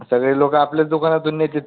सगळे लोकं आपल्याच दुकानातून नेतात